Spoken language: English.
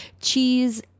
Cheese